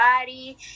body